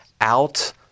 out